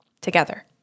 together